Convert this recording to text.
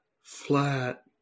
flat